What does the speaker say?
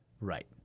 Right